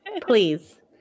Please